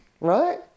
Right